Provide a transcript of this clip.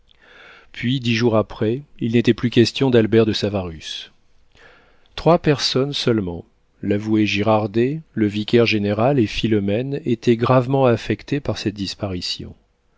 puis dix jours après il n'était plus question d'albert de savarus trois personnes seulement l'avoué girardet le vicaire-général et philomène étaient gravement affectés par cette disparition